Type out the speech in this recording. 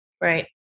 Right